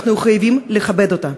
אנחנו חייבים לכבד אותה,